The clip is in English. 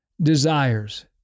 desires